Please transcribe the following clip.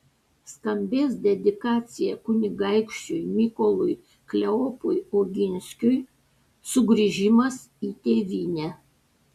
skambės dedikacija kunigaikščiui mykolui kleopui oginskiui sugrįžimas į tėvynę